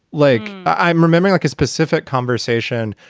like, i'm remembering like a specific conversation.